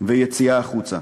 ויציאה החוצה.